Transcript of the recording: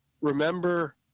remember